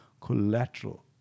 collateral